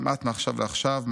כמעט מעכשיו לעכשיו,